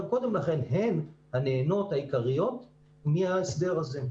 קודם לכן הן הנהנות העיקריות מההסדר הזה.